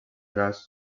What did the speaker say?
gas